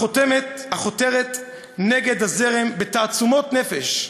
החותרת נגד הזרם בתעצומות נפש,